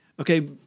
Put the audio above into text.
okay